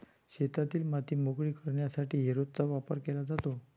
शेतातील माती मोकळी करण्यासाठी हॅरोचा वापर केला जातो